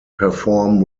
perform